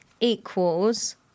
equals